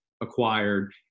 acquired